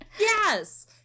Yes